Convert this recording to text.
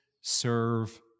serve